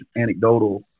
anecdotal